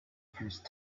first